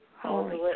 Holy